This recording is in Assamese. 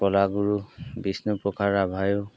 ক'লা গুৰু বিষ্ণু প্ৰসাদ ৰাভায়েও